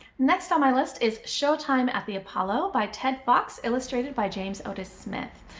next on my list is showtime at the apollo by ted fox, illustrated by james otis smith.